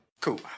Cool